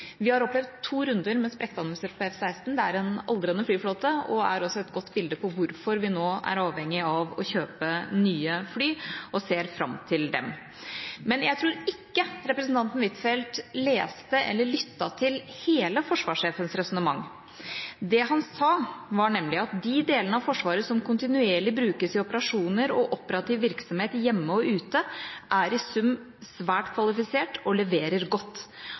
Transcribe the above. Vi har opplevd to runder med sprekkdannelser på F-16. Det er en aldrende flyflåte, og det er også et godt bilde på hvorfor vi nå er avhengig av å kjøpe nye fly og ser fram til dem. Jeg tror ikke representanten Huitfeldt leste eller lyttet til hele forsvarssjefens resonnement. Det han sa, var nemlig: «De delene av Forsvaret som kontinuerlig brukes i operasjoner og operativ virksomhet hjemme og ute, er i sum svært kvalifisert og leverer godt.